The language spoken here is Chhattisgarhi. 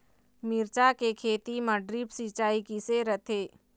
मिरचा के खेती म ड्रिप सिचाई किसे रथे?